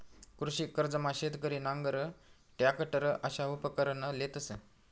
कृषी कर्जमा शेतकरी नांगर, टरॅकटर अशा उपकरणं लेतंस